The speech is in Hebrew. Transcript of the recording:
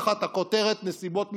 תחת הכותרת "נסיבות מיוחדות".